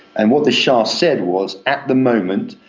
and what the shah said was, at the moment,